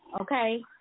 okay